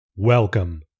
Welcome